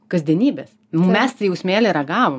kasdienybės nu mes tai jau smėlį ragavom